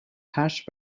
hash